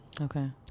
Okay